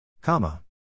Comma